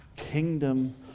kingdom